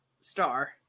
star